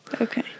Okay